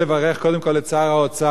אני רוצה לברך קודם כול את שר האוצר,